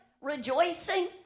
rejoicing